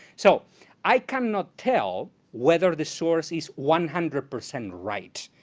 so i cannot tell whether the source is one hundred percent right,